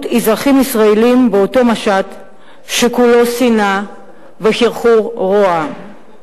אזרחים ישראלים באותו משט שכולו שנאה וחרחור רוע.